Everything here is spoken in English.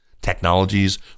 technologies